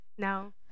No